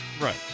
right